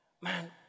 Man